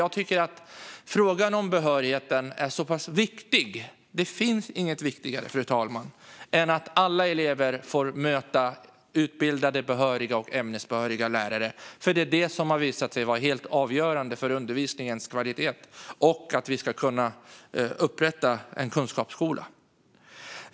Jag tycker att frågan om behörighet är så viktig. Det finns inget viktigare, fru talman, än att alla elever får möta utbildade behöriga och ämnesbehöriga lärare. Detta har visat sig vara helt avgörande för undervisningens kvalitet och för att kunna upprätta en kunskapsskola.